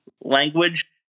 language